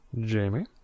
Jamie